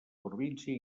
província